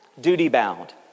duty-bound